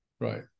right